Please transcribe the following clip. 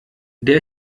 der